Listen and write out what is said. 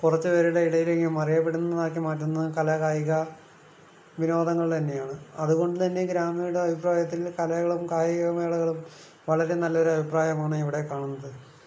കുറച്ച് പേരുടെ ഇടയിൽ എങ്കിലും അറിയപ്പെടുന്നതാക്കി മാറ്റുന്നത് കലാകായിക വിനോദങ്ങൾ തന്നെയാണ് അതുകൊണ്ടുതന്നെ ഗ്രാമീണരുടെ അഭിപ്രായത്തിൽ കലകളും കായികമേളകളും വളരെ നല്ലൊരു അഭിപ്രായമാണ് ഇവിടെ കാണുന്നത്